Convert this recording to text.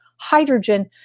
hydrogen